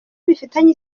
bifitanye